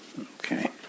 Okay